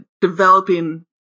developing